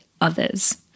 others